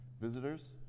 Visitors